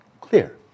Clear